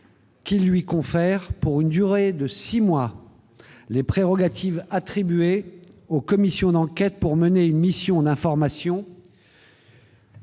qu'il lui confère, pour une durée de six mois, les prérogatives attribuées aux commissions d'enquête pour mener une mission d'information